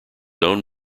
own